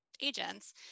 agents